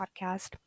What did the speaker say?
podcast